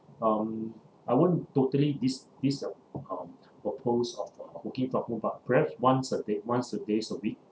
um I wouldn't totally dis~ disa~ um oppose of uh working from home but perhaps once a day once a days a week